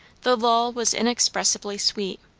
the lull was inexpressibly sweet,